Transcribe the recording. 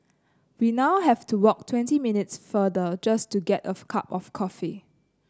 we now have to walk twenty minutes farther just to get of a cup of coffee